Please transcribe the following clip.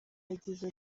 yagize